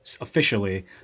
officially